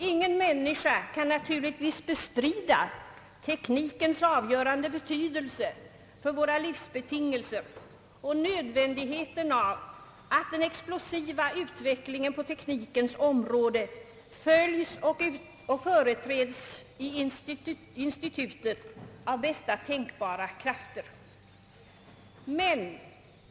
Ingen människa kan naturligtvis bestrida teknikens avgörande betydelse för våra livsbetingelser och nödvändigheten av att den explosiva utvecklingen på teknikens område följs och företräds i institutet av bästa tänkbara krafter.